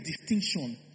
distinction